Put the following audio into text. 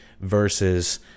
versus